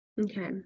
Okay